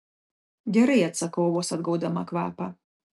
gerai atsakau vos atgaudama kvapą